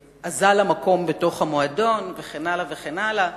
המקום מלא, וכן הלאה וכן הלאה.